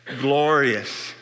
glorious